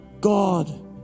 God